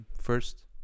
first